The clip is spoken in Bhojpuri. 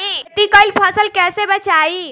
खेती कईल फसल कैसे बचाई?